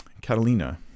Catalina